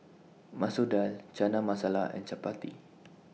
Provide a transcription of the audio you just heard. Masoor Dal Chana Masala and Chapati